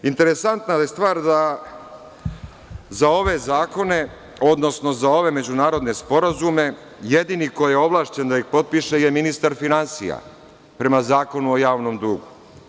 Interesantna je stvar da za ove zakone, odnosno za ove međunarodne sporazume, jedini koji je ovlašćen da ih potpiše je ministar finansija, prema Zakonu o javnom dugu.